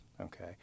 Okay